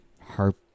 harp